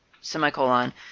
semicolon